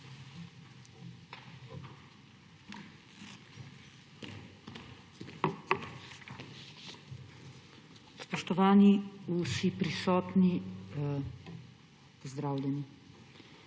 Spoštovani vsi prisotni, pozdravljeni!